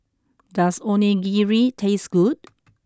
does Onigiri taste good